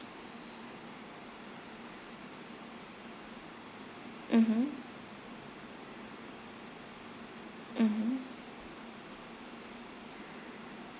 mmhmm mmhmm